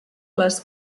les